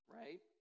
right